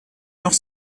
noch